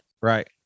right